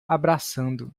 abraçando